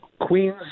Queens